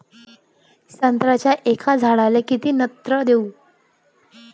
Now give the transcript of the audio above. संत्र्याच्या एका झाडाले किती नत्र देऊ?